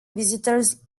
visitors